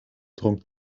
dronk